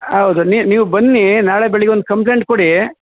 ಹೌದು ನೀವು ಬನ್ನೀ ನಾಳೆ ಬೆಳಗ್ಗೆ ಒಂದು ಕಂಪ್ಲೇಂಟ್ ಕೊಡೀ